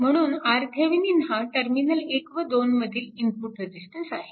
म्हणून RThevenin हा terminal 1 व 2 मधील इनपुट रेजिस्टन्स आहे